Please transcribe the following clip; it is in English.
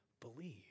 believe